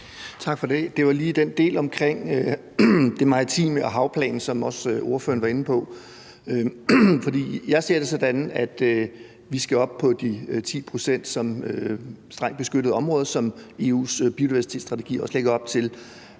Tak for det. Det var lige til den del omkring det maritime og havplanen, som også ordføreren var inde på. Jeg ser det sådan, at vi skal op på de 10 pct. som strengt beskyttede områder, som EU's biodiversitetsstrategi også lægger op til.